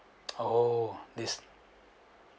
oh this